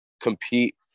compete